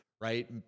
right